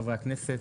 חברי הכנסת,